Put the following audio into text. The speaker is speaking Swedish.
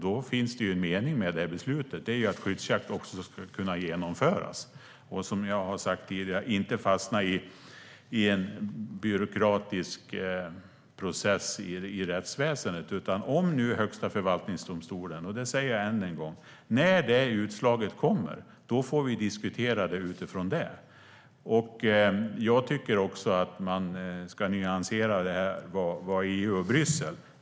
Då finns det en mening med beslutet, nämligen att skyddsjakt också ska genomföras. Som jag har sagt tidigare ska frågan inte fastna i en byråkratisk process i rättsväsendet. När utslaget från Högsta förvaltningsdomstolen kommer får vi diskutera det. Jag tycker också att vi ska nyansera frågan om EU och Bryssel.